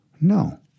No